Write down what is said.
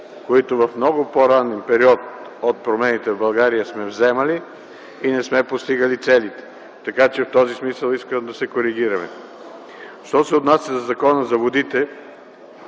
които в много по-ранен период от промените в България сме взимали и не сме постигали целите. Така че в този смисъл искам да Ви коригирам. Що се отнася до Закона за водите,